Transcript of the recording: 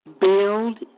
Build